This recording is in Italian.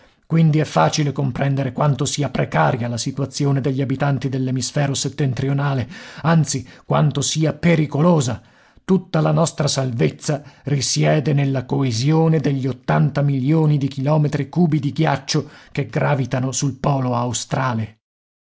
quindi è facile comprendere quanto sia precaria la situazione degli abitanti dell'emisfero settentrionale anzi quanto sia pericolosa tutta la nostra salvezza risiede nella coesione degli ottanta milioni di chilometri cubi di ghiaccio che gravitano sul polo australe